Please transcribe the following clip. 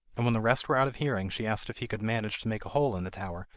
and when the rest were out of hearing she asked if he could manage to make a hole in the tower,